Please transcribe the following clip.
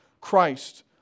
Christ